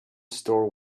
store